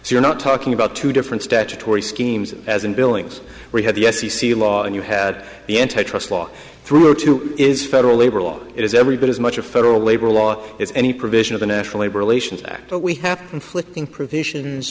so you're not talking about two different statutory schemes as in billings we had the f c c law and you had the antitrust law through are two is federal labor law it is every bit as much a federal labor law it's any provision of the national labor relations act but we happen flicking provisions